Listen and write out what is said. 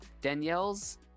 danielle's